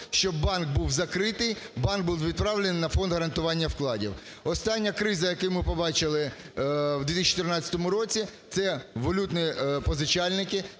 щоб банк був закритий, банк був відправлений на Фонд гарантування вкладів. Остання криза, яку ми побачили в 2014 році – це валютні позичальники,